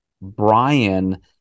Brian